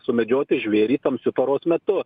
sumedžioti žvėrį tamsiu paros metu